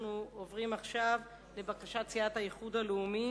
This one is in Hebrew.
אנחנו עוברים עכשיו לבקשת סיעת האיחוד הלאומי